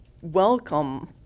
welcome